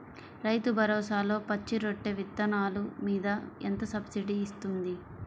రైతు భరోసాలో పచ్చి రొట్టె విత్తనాలు మీద ఎంత సబ్సిడీ ఇస్తుంది?